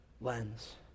lens